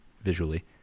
visually